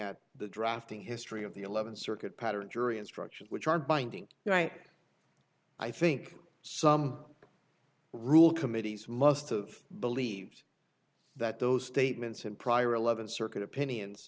at the drafting history of the eleventh circuit pattern jury instructions which are binding right i think some rule committees must of believed that those statements in prior eleven circuit opinions